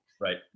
Right